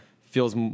feels